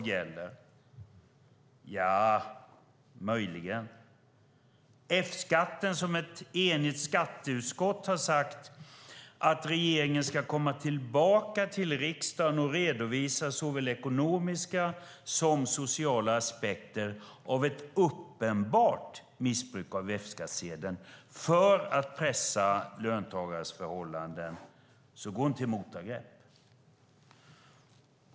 Ja, möjligen, får jag till svar. När det gäller att ett enigt skatteutskott har sagt att regeringen ska komma tillbaka till riksdagen och redovisa såväl ekonomiska som sociala aspekter av ett uppenbart missbruk av F-skattsedeln för att pressa löntagares förhållanden går ministern till motangrepp.